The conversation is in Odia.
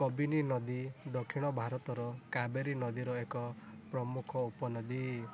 କବିନି ନଦୀ ଦକ୍ଷିଣ ଭାରତର କାବେରୀ ନଦୀର ଏକ ପ୍ରମୁଖ ଉପନଦୀ